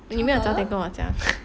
你没有早点跟我讲